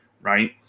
right